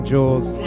Jules